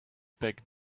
packed